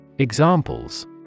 Examples